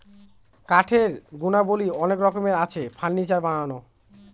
কাঠের গুণাবলী অনেক রকমের আছে, ফার্নিচার বানানো